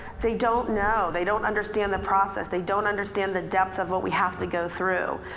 they don't know, they don't understand the process. they don't understand the depth of what we have to go through.